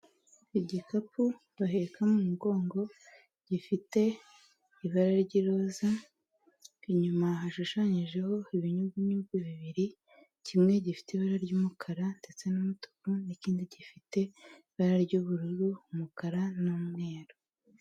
Igikapu duheka mu mugongo gifite ibara ry'iroza inyuma hashushanyijeho ibinyugunyugu bibiri kimwe gifite ibara ry'umukara ndetse n'umutuku n'ikindi gifite ibara ry'ubururu, umukara n'umweru.